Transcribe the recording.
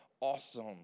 awesome